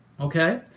Okay